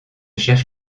cherche